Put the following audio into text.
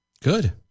Good